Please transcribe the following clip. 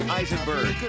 Eisenberg